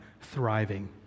thriving